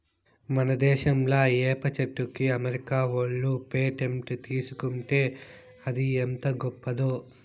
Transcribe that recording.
మన దేశంలా ఏప చెట్టుకి అమెరికా ఓళ్ళు పేటెంట్ తీసుకుంటే అది ఎంత గొప్పదో